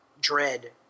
dread